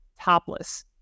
topless